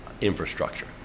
infrastructure